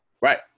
Right